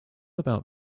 about